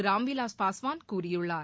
ராம்விலாஸ் பாஸ்வான் கூறியுள்ளார்